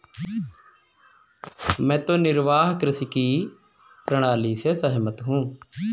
मैं तो निर्वाह कृषि की प्रणाली से सहमत हूँ